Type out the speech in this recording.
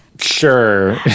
Sure